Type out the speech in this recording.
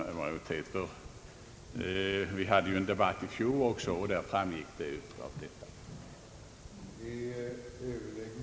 Det var detta jag syftade på. Vi hade ju en debatt även i fjol, jag hänvisar till protokollet. I detta utlåtande Hade bankoutskottet i ett sammanhang behandlat